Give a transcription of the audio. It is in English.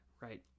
right